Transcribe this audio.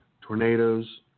Tornadoes